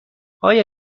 آیا